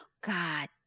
god